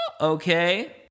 Okay